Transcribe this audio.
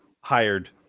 hired